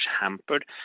hampered